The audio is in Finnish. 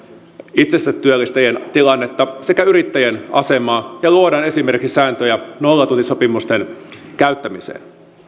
itsensätyöllistäjien tilannetta kuin yrittäjien asemaa ja luodaan esimerkiksi sääntöjä nollatuntisopimusten käyttämiseen